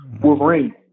Wolverine